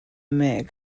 meh